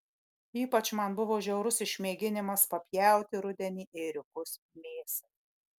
ypač man buvo žiaurus išmėginimas papjauti rudenį ėriukus mėsai